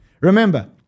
Remember